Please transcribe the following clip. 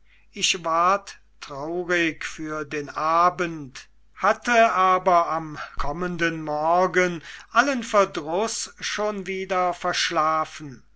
ich ward traurig für den abend hatte aber am kommenden morgen allen verdruß schon wieder verschlafen